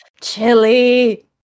Chili